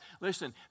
Listen